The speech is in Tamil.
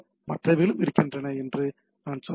மற்றைகளும் இருக்கின்றன என்று நான் சொல்ல வேண்டும்